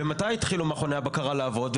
ומתי התחילו מכוני הבקרה לעבוד?